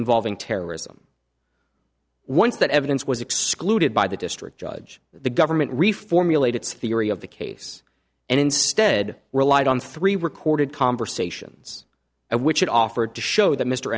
involving terrorism once that evidence was excluded by the district judge the government reformulate its theory of the case and instead relied on three recorded conversations which it offered to show that mr